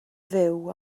fyw